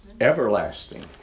Everlasting